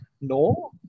no